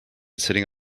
sitting